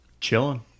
Chilling